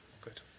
good